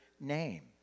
name